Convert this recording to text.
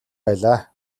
байлаа